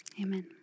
Amen